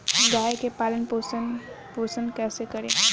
गाय के पालन पोषण पोषण कैसे करी?